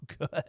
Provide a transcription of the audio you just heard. good